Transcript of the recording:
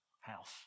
health